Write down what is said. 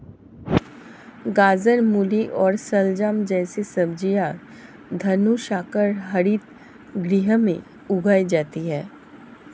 गाजर, मूली और शलजम जैसी सब्जियां धनुषाकार हरित गृह में उगाई जाती हैं